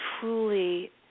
truly